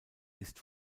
ist